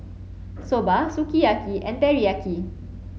Soba Sukiyaki and Teriyaki